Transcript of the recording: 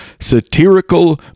satirical